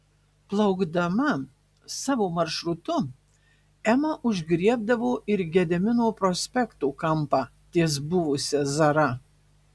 plaukdama savo maršrutu ema užgriebdavo ir gedimino prospekto kampą ties buvusia zara